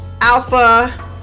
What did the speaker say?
alpha